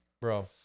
Bro